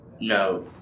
no